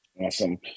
Awesome